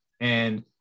And-